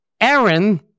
Aaron